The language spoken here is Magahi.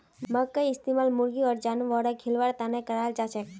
मखईर इस्तमाल मुर्गी आर जानवरक खिलव्वार तने कराल जाछेक